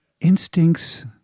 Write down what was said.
instincts